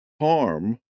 harm